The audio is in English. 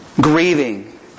grieving